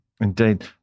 Indeed